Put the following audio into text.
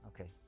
Okay